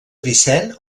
vicent